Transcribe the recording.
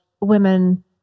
women